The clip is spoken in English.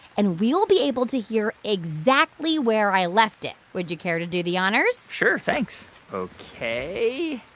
and we'll be able to hear exactly where i left it. would you care to do the honors? sure. thanks. ok